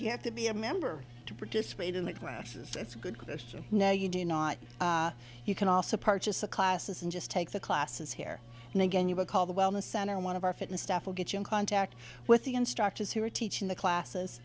do you have to be a member to participate in the classes it's a good question no you do not you can also purchase the classes and just take the classes here and again you will call the wellness center one of our fitness staff will get you in contact with the instructors who are teaching the classes